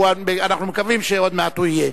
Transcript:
אנחנו מקווים שעוד מעט הוא יהיה.